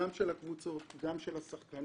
גם של הקבוצות גם של השחקנים.